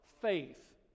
faith